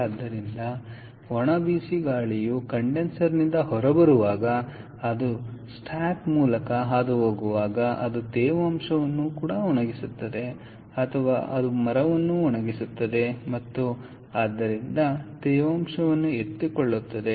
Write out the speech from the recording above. ಆದ್ದರಿಂದ ಒಣ ಬಿಸಿ ಗಾಳಿಯು ಕಂಡೆನ್ಸರ್ನಿಂದ ಹೊರಬರುವಾಗ ಅದು ಸ್ಟಾಕ್ ಮೂಲಕ ಹಾದುಹೋಗುವಾಗ ಅದು ತೇವಾಂಶವನ್ನು ಒಣಗಿಸುತ್ತದೆ ಅಥವಾ ಅದು ಮರವನ್ನು ಒಣಗಿಸುತ್ತದೆ ಮತ್ತು ಆದ್ದರಿಂದ ತೇವಾಂಶವನ್ನು ಎತ್ತಿಕೊಳ್ಳುತ್ತದೆ